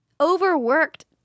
Overworked